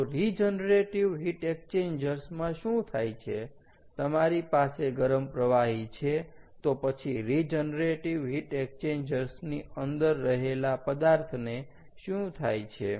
તો regenerative heat exchangers માં શું થાય છે તમારી પાસે ગરમ પ્રવાહી છે તો પછી રીજનરેટીવ હીટ એક્સચેન્જર્સની અંદર રહેલા પદાર્થને શું થાય છે